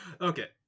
Okay